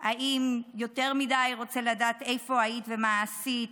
האם הוא יותר מדי רוצה לדעת איפה היית ומה עשית?